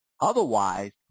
Otherwise